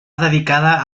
dedicada